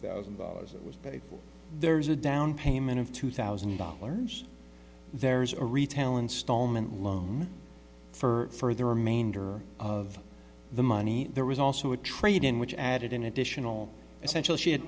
thousand dollars it was but if there's a down payment of two thousand dollars there's a retail installment loan for the remainder of the money there was also a trade in which added an additional essential she